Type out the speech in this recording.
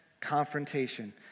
confrontation